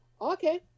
Okay